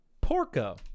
Porco